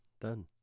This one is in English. done